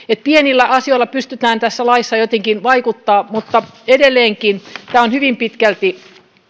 pienillä asioilla pystytään tässä laissa jotenkin vaikuttamaan mutta edelleenkin tämä on hyvin pitkälti